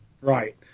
Right